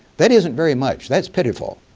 that isn't very much. that's pitiful.